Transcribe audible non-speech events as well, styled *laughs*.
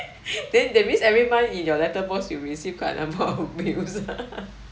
*laughs* then that means every month in your letter box you receive quite a number of bills ah *laughs*